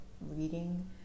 reading